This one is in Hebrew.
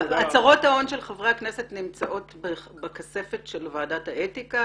הצהרות ההון של חברי הכנסת נמצאות בכספת של ועדת האתיקה,